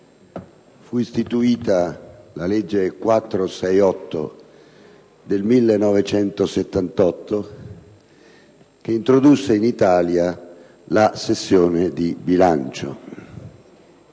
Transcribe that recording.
fu approvata la legge n. 468 del 1978, che introdusse in Italia la sessione di bilancio,